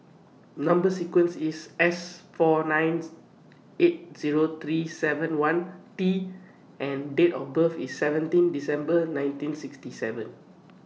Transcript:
Number sequence IS S four nine eight Zero three seven one T and Date of birth IS seventeen December nineteen sixty seven